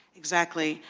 exactly.